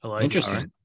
Interesting